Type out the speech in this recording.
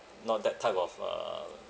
not that type of uh